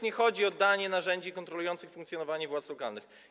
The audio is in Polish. Nie chodzi tu też o oddanie narzędzi kontrolujących funkcjonowanie władz lokalnych.